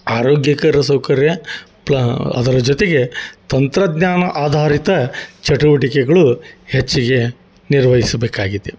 ಆರೋಗ್ಯಕರ ಸೌಕರ್ಯ ಪ್ಲ ಅದರ ಜೊತೆಗೆ ತಂತ್ರಜ್ಞಾನ ಆಧಾರಿತ ಚಟುವಟಿಕೆಗಳು ಹೆಚ್ಚಿಗೆ ನಿರ್ವಹಿಸಬೇಕಾಗಿದೆ